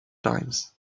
times